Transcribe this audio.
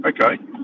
Okay